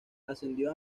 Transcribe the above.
ascendió